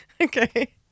Okay